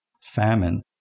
famine